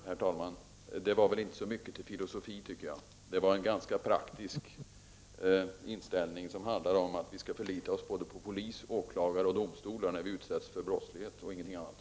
Herr talman! Jag tycker inte att det var så mycket till filosofi. Jag tycker att det är fråga om en ganska praktisk inställning, som går ut på att vi skall förlita oss på polis, åklagare och domstolar när vi utsätts för brottslighet, ingenting annat.